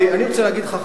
אני רוצה להגיד לך,